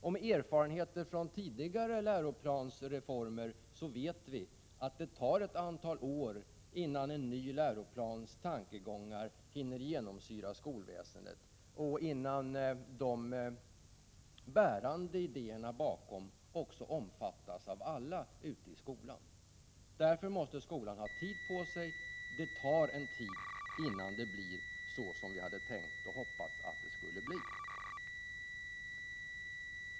Med erfarenheter från tidigare läroplansreformer vet vi att det tar ett antal år innan en ny läroplans tankegångar hunnit genomsyra skolväsendet och innan de bärande idéerna omfattas av alla i skolan. Därför måste skolan få tid på sig, för det tar som sagt tid innan det blir så som vi har tänkt och hoppas att det skall bli.